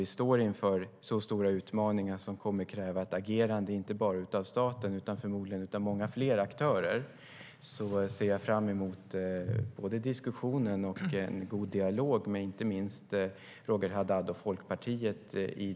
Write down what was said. Vi står inför stora utmaningar som kommer att kräva ett agerande, inte bara av staten utan förmodligen av många fler aktörer. Jag ser fram emot både diskussionen och en god dialog inte minst med Roger Haddad och Folkpartiet.